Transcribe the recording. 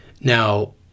Now